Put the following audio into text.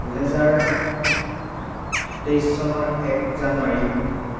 দুহেজাৰ তেইছ চনৰ এক জানুৱাৰী